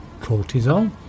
cortisol